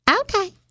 Okay